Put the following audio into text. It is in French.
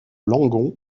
langon